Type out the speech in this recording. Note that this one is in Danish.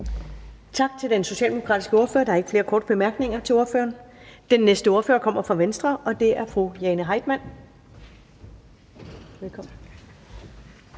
Tak til den socialdemokratiske ordfører. Der er ikke flere korte bemærkninger til ordføreren. Den næste ordfører kommer fra Venstre, og det er fru Jane Heitmann. Velkommen.